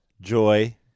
joy